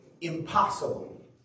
impossible